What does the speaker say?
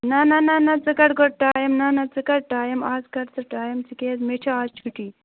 نہ نہ نہ نہ ژٕ کَڑ گۄڈٕ ٹایِم نہ نہ ژٕ کَڑ ٹایِم آز کَڑ ژٕ ٹایِم ژٕکیٛازِ مےٚ چھِ آز چھُٹی